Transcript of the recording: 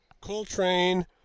Coltrane